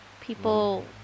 People